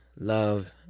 love